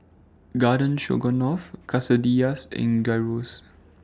Garden Stroganoff Quesadillas and Gyros